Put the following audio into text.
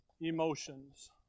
emotions